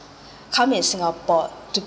come in singapore to